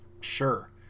Sure